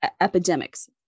epidemics